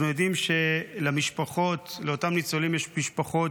אנחנו יודעים שלאותם ניצולים יש משפחות